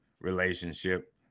relationship